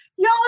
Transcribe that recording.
Y'all